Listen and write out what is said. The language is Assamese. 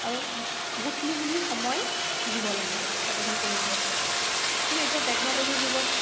আৰু বহুতখিনিখিনি সময় দিব লাগিব বাতৰিখন পঢ়িবলৈ হ'লে কিন্তু এতিয়া টেকন'লজিৰ যুগত